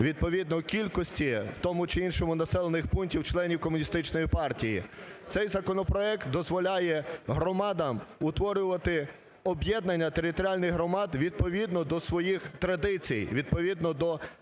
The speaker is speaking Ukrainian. відповідної кількості в тому чи іншому населених пунктів членів Комуністичної партії. Цей законопроект дозволяє громадам утворювати об'єднання територіальних громад відповідно до своєї традицій, відповідно до